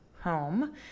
home